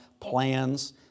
plans